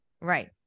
Right